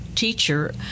teacher